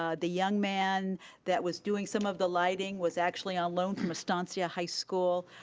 um the young man that was doing some of the lighting was actually on loan from estancia high school.